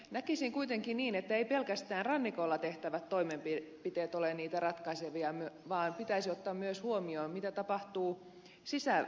näkisin kuitenkin niin että eivät pelkästään rannikolla tehtävät toimenpiteet ole niitä ratkaisevia vaan pitäisi ottaa myös huomioon mitä tapahtuu sisävesillä